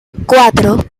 cuatro